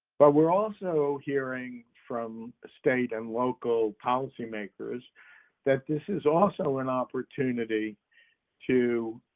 but we're also hearing from state and local policy-makers that this is also an opportunity to